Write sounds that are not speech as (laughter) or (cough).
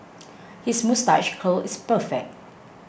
(noise) his moustache curl is perfect